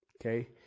Okay